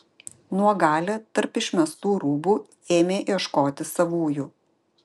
nuogalė tarp išmestų rūbų ėmė ieškoti savųjų